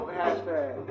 hashtag